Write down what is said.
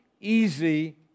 easy